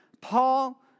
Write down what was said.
Paul